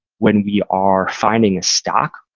when we are finding a stock,